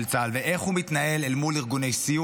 לפנתיאון, לא מתבדחת על זה.